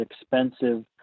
expensive